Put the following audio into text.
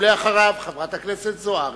ואחריו, חברת הכנסת זוארץ.